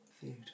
food